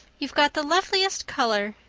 you've got the loveliest color.